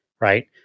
right